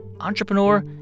entrepreneur